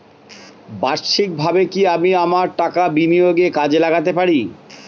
বার্ষিকভাবে কি আমি আমার টাকা বিনিয়োগে কাজে লাগাতে পারি?